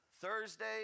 Thursday